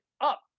up